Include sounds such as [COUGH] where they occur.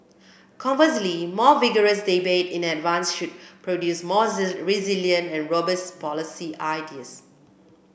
conversely more vigorous debate in advance should produce more [UNINTELLIGIBLE] resilient and robust policy ideas